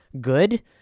good